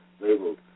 labeled